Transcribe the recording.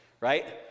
right